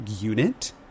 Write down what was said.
unit